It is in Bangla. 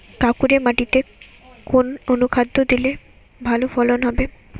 কাঁকুরে মাটিতে কোন অনুখাদ্য দিলে ভালো ফলন হবে?